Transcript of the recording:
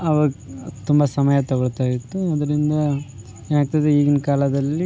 ಅವಾಗ ತುಂಬ ಸಮಯ ತಗೊಳ್ತಾಯಿತ್ತು ಅದ್ರಿಂದ ಏನಾಗ್ತದೆ ಈಗಿನ ಕಾಲದಲ್ಲಿ